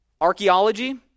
Archaeology